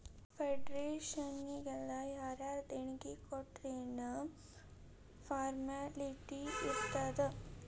ಫೌಡೇಷನ್ನಿಗೆಲ್ಲಾ ಯಾರರ ದೆಣಿಗಿ ಕೊಟ್ರ್ ಯೆನ್ ಫಾರ್ಮ್ಯಾಲಿಟಿ ಇರ್ತಾದ?